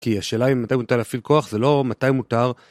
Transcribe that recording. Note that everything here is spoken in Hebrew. כי השאלה אם מתי מותר להפעיל כוח, זה לא מתי מותר.